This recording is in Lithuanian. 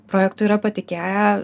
projektu yra patikėję